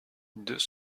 deux